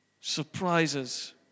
Surprises